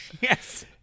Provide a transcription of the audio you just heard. yes